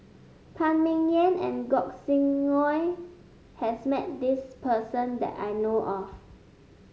Phan Ming Yen and Gog Sing Hooi has met this person that I know of